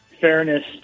fairness